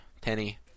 Penny